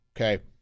okay